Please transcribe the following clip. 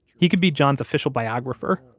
he could be john's official biographer,